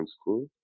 school